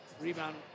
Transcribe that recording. Rebound